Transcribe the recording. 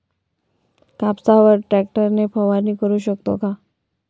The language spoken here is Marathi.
कापसावर ट्रॅक्टर ने फवारणी करु शकतो का?